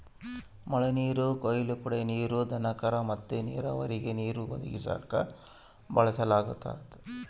ಮಳೆನೀರು ಕೊಯ್ಲು ಕುಡೇ ನೀರು, ದನಕರ ಮತ್ತೆ ನೀರಾವರಿಗೆ ನೀರು ಒದಗಿಸಾಕ ಬಳಸಲಾಗತತೆ